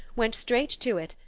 went straight to it,